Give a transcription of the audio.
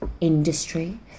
industry